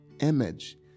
image